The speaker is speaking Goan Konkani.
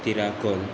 तिराखोल